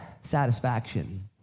satisfaction